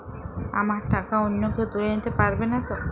আমার টাকা অন্য কেউ তুলে নিতে পারবে নাতো?